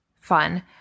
fun